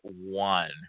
one